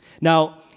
Now